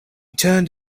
turned